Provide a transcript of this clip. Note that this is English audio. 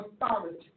authority